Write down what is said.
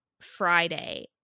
friday